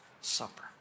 Supper